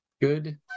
Good